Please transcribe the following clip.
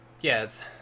Yes